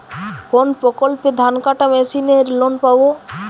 কোন প্রকল্পে ধানকাটা মেশিনের লোন পাব?